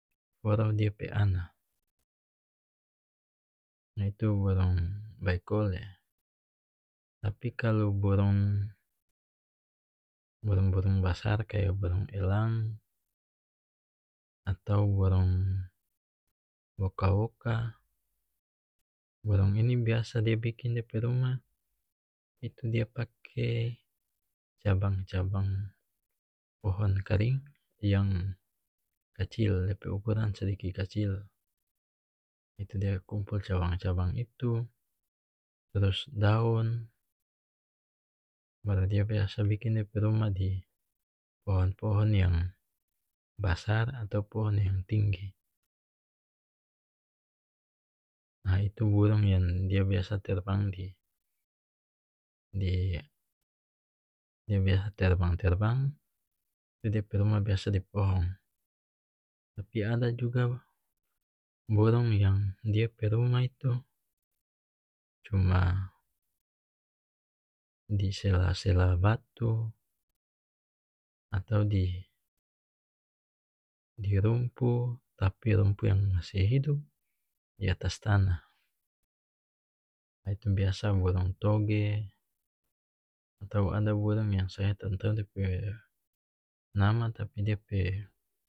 Foro dia pe ana itu burung baikole tapi kalu burung burung burung basar kaya burung elang atau burung woka woka burung ini biasa dia bikin dia pe rumah itu dia pake cabang cabang pohon karing yang kacil dia pe ukuran sadiki kacil itu dia kumpul cabang cabang itu trus daun baru dia biasa bikin dia pe rumah di pohon pohon yang basar atau pohon yang tinggi ah itu burung yang dia biasa terbang di di dia biasa terbang terbang itu dia pe rumah biasa di pohong tapi ada juga burung yang dia pe rumah itu cuma di sela-sela batu atau di rumpu tapi rumpu yang masih hidup diatas tanah ha itu biasa itu burung toge atau ada burung yang saya tara tau dia pe nama tapi dia pe